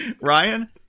Ryan